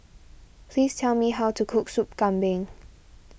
please tell me how to cook Soup Kambing